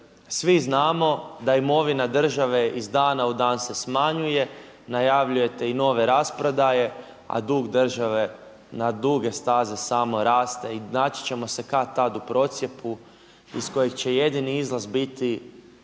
svi znamo da imovina države iz dana u dan se smanjuje. Najavljujete i nove rasprodaje, a dug države na duge staze samo raste i naći ćemo se kad-tad u procjepu iz kojeg će jedini izlaz biti